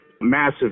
massive